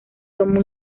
toma